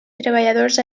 treballadors